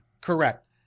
Correct